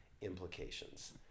implications